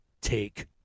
take